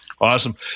awesome